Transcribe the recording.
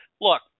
look